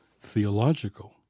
theological